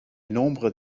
nombre